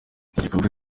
n’igikorwa